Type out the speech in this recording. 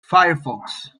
firefox